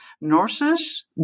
nurses